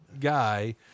guy